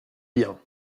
bien